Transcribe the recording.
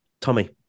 Tommy